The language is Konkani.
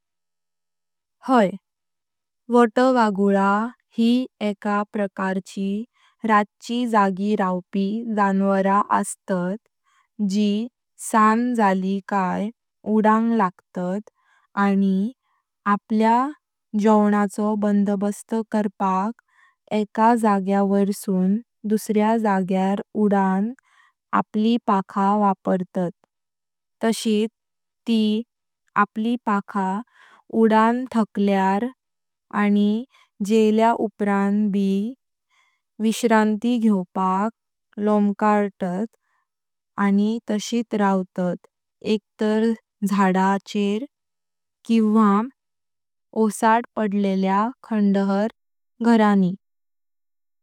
हाय, वाटवगळा यी एका प्रकारची राची जागी रवपी जन्वारा अस्तात जी सान जाली काहय उडंग लागतात आनी आपल्या जोवनाचो बंदोबस्त करपाक एका जागया वोईर्सून दुसऱ्या जाग्यावर उडण आपली पाखा वापरतात तशीत ती आपली पाखा उडण टाखल्यार आनी जेलीया उप्रान बी विश्रांती घ्यवपाक लोमकल्सन रावतात एक तऱ झडप औऱ एक तऱ ओसाड पडलेल्या खंडहर घराणी।